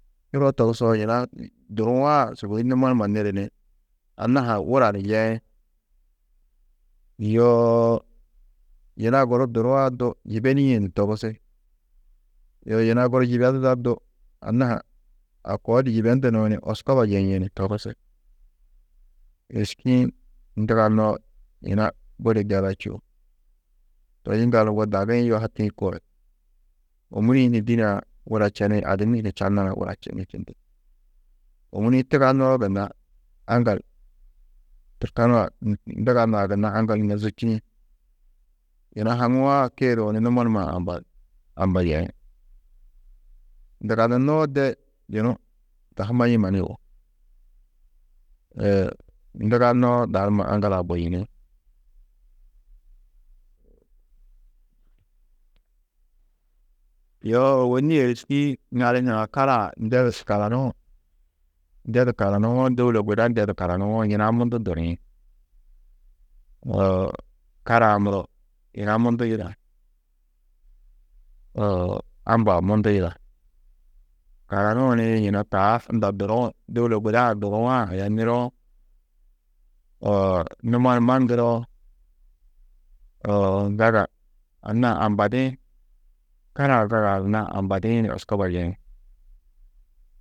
Čuro togusoo yina duruã sûgoi numo numa niri ni anna-ã ha wura ni yeĩ. Yoo yina guru duruã du yibenîe ni togusi. Yo yina guru yebeduda du anna-ã ha a koo di yibendu nuũ ni oskoba yeĩ ni togusi. Êriski-ĩ nduganoo yina budi gala čûo. Toi yiŋgaldu ŋgo dagi-ĩ yahatĩ koo, ômuri-ĩ hi ni dîne-ã wura čeni adimmi hi čanar-ã wura čeni čindi. Ômiri-ĩ tuganoo gunna aŋgal turkanu-ã nduganã gunna aŋgal numa zûčuni. Yina haŋũwã kiiduũ ni numo numaa amba amba yeĩ. Nduganunoó de yunu dahu maîe mannu yugó. nduganoo dahu numa aŋgal-ã buyini. Yoo ôwonni êriski-ĩ ŋali hunã karaa ndedu karanuũ ndedu karanũwo, dôulaa guda ndedu karanũwo yina mundu duriĩ. Uũ kara-ã muro yina mundu yida uũ ambaa mundu yida. Karanuũ ni yina taa unda duruũ, dôula guda-ã duruã aya niroo numo numa ŋgiroo zaga anna-ã ambadĩ, kara-ã zaga anna-ã ambadĩ ni oskoba yeĩ.